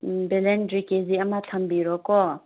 ꯎꯝ ꯕꯦꯂꯦꯟꯗ꯭ꯔꯤ ꯀꯦꯖꯤ ꯑꯃ ꯊꯝꯕꯤꯔꯣꯀꯣ